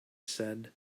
said